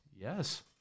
Yes